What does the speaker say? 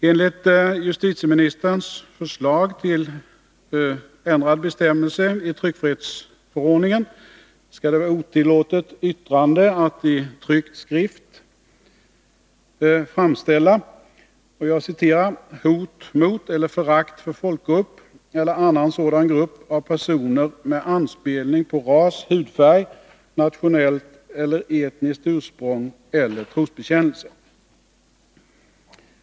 Enligt justitieministerns förslag till ändrad bestämmelse i tryckfrihetsförordningen skall det vara otillåtet yttrande att i tryckt skrift framställa ”hot mot eller förakt för folkgrupp eller annan sådan grupp av personer med anspelning på ras, hudfärg, nationellt eller etniskt ursprung eller trosbekännelse”.